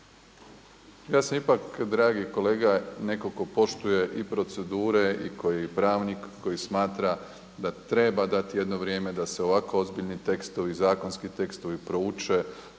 Ja sam ipak dragi kolega netko tko poštuje i procedure i koji je pravnik, koji smatra da treba dati jedno vrijeme da se ovako ozbiljni tekstovi, zakonski tekstovi prouče.